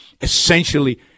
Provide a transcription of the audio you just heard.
essentially